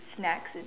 snacks and